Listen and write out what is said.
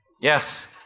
Yes